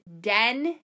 Den